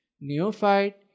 neophyte